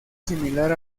similar